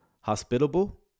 Hospitable